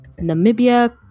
Namibia